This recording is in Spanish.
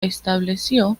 estableció